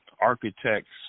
Architects